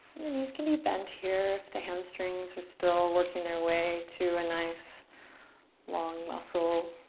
the knees can be bent here if the hamstrings are still working their way to a nice long muscle.